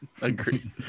agreed